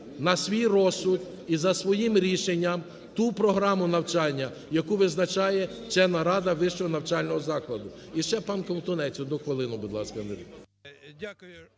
на свій розсуд і за своїм рішенням ту програму навчання, яку визначає вчена рада вищого навчального закладу. І ще пан Ковтунець одну хвилину, будь ласка.